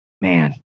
Man